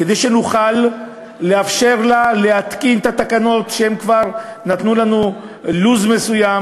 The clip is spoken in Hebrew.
כדי שנוכל לאפשר לה להתקין את התקנות שהם כבר נתנו לנו לו"ז מסוים